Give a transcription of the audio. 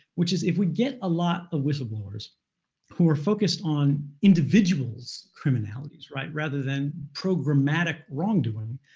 which is if we get a lot of whistleblowers who are focused on individual's criminalities, right, rather than programmatic wrongdoing,